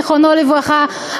זיכרונו לברכה,